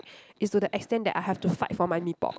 it's to the extent that I have to fight for my mee pok